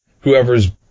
whoever's